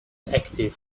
active